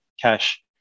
cash